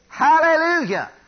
Hallelujah